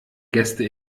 gäste